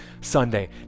sunday